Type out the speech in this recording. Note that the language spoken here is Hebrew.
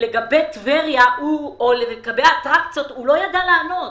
לגבי טבריה או לגבי האטרקציות, הוא לא ידע לענות.